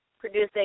Producing